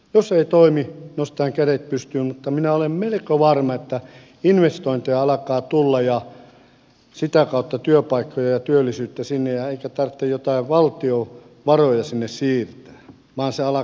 jos ei toimi nostetaan kädet pystyyn mutta minä olen melko varma että investointeja alkaa tulla ja sitä kautta työpaikkoja ja työllisyyttä sinne eikä tarvitse jotain valtion varoja sinne siirtää vaan se alkaa itsestään tuottamaan